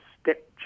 step